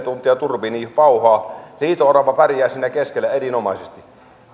tuntia turbiini pauhaa liito orava pärjää siinä keskellä erinomaisesti